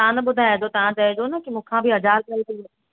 तव्हां न ॿुधाइजो तव्हां चइजो ना मूंखां बि हज़ार ताईं थी वठे